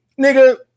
Nigga